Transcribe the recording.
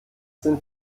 sind